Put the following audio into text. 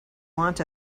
want